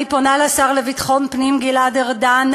אני פונה לשר לביטחון הפנים גלעד ארדן: